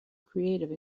creative